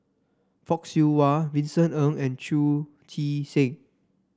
Fock Siew Wah Vincent Ng and Chu Chee Seng